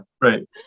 right